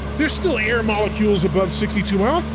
there's still air molecules above sixty two miles!